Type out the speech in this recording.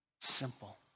simple